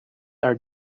are